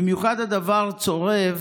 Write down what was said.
במיוחד הדבר צורב